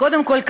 קודם כול,